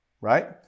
right